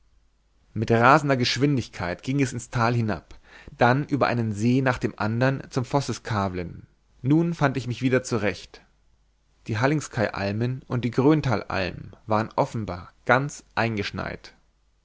mit rasender geschwindigkeit ging es ins tal hinab dann über einen see nach dem andern zum vosseskavlen nun fand ich mich wieder zurecht die hallingskeidalmen und die gröntalalm waren offenbar ganz eingeschneit